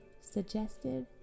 Suggestive